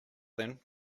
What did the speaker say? then